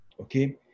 okay